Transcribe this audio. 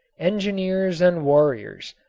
engineers and warriors,